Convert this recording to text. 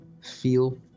feel